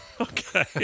Okay